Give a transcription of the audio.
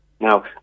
Now